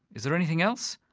is there anything else?